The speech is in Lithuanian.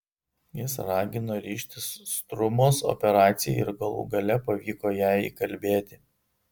jis ragino ryžtis strumos operacijai ir galų gale pavyko ją įkalbėti